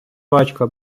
батька